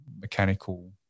mechanical